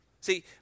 See